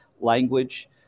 language